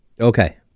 Okay